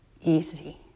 easy